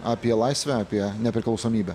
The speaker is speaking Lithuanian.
apie laisvę apie nepriklausomybę